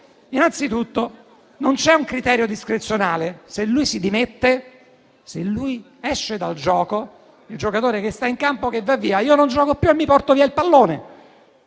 Innanzitutto, non c'è un criterio discrezionale. Se lui si dimette, se lui esce dal gioco, è come il giocatore che sta in campo, che va via, che non gioca più e si porta via il pallone.